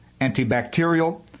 antibacterial